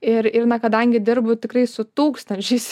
ir na kadangi dirbu tikrai su tūkstančiais